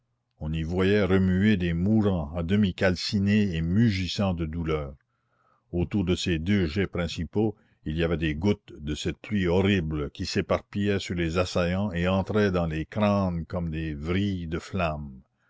on y voyait remuer des mourants à demi calcinés et mugissant de douleur autour de ces deux jets principaux il y avait des gouttes de cette pluie horrible qui s'éparpillaient sur les assaillants et entraient dans les crânes comme des vrilles de flamme